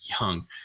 young